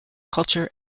culture